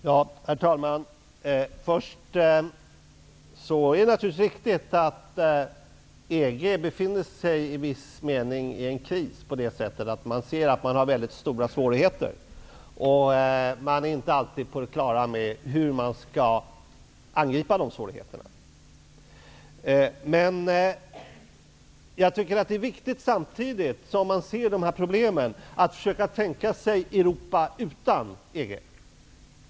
Herr talman! Det är naturligtvis riktigt att EG i viss mening befinner sig i en kris. Man ser att man har stora svårigheter och är inte alltid på det klara med hur de skall angripas. Det är viktigt att man samtidigt som man ser de här problemen försöker tänka sig Europa utan EG.